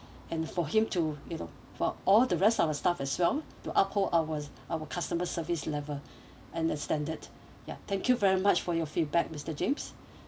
and for him to you know for all the rest of our staff as well to uphold ours our customer service level and the standard ya thank you very much for your feedback mister james